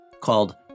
called